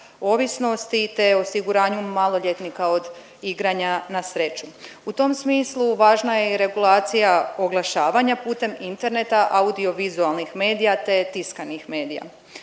ovisnosti, te osiguranju maloljetnika od igranja na sreću. U tom smislu važna je i regulacija oglašavanja putem interneta, audio-vizualnih medija, te tiskanih medija.